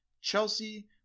Chelsea